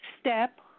Step